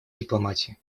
дипломатии